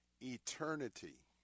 eternity